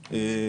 רק תהיה סובלני,